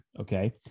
Okay